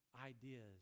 ideas